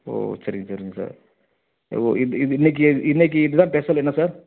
ஓ சரிங்க சரிங்க சார் இ ஓ இது இது இன்னிக்கு இன்னைக்கு இது தான் பெஷல் என்ன சார்